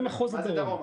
זה מחוז הדרום.